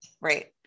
Right